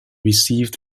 received